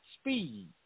speed